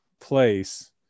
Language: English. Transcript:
place